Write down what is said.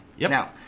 Now